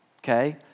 Okay